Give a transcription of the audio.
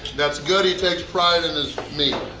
that's good he takes pride in his meat!